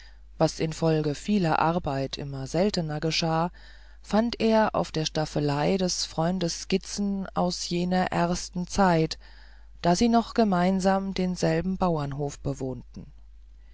was infolge vieler arbeit immer seltener geschah fand er auf der staffelei des freundes skizzen aus jener ersten zeit da sie noch gemeinsam denselben bauernhof bewohnten